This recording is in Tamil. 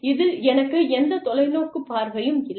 இதில் எனக்கு எந்த தொலைநோக்கு பார்வையும் இல்லை